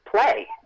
play